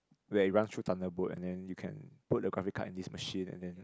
where it runs through thunderbolt and then you can put a graphic card in this machine and then